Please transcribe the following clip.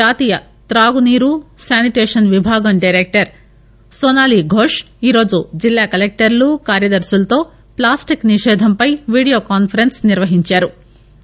జాతీయ త్రాగునీరు శానిటేషన్ విభాగం డైరెక్టర్ నోనాలి ఘోష్ ఈరోజు జిల్లా కలెక్టర్లు కార్యదర్శులతో ప్లాస్టిక్ నిషేధంపై వీడియో కాన్పరెన్స్ నిర్వహించారు